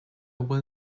will